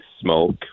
smoke